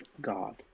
God